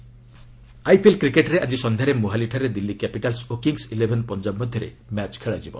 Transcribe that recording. IPL IPL କ୍ରିକେଟରେ ଆଜି ସନ୍ଧ୍ୟାରେ ମୋହାଲିଠାରେ ଦିଲ୍ଲୀ କ୍ୟାପିଟାଲ୍ସ ଓ କିଙ୍ଗ୍ସ ଇଲେଭେନ ପଞ୍ଜାବ ମଧ୍ୟରେ ମ୍ୟାଚ ଖେଳାଯିବ